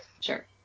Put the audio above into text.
sure